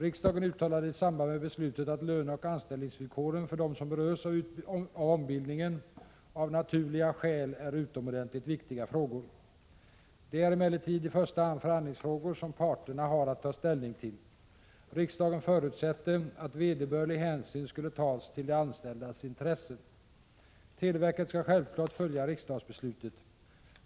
Riksdagen uttalade i samband med beslutet att löneoch anställningsvillkoren för dem som berörs av ombildningen av naturliga skäl är utomordentligt viktiga frågor. De är emellertid i första hand förhandlingsfrågor som parterna har att ta ställning till. Riksdagen förutsatte att vederbörlig hänsyn skulle tas till de anställdas intressen. Televerket skall självfallet följa riksdagsbeslutet.